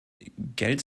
geld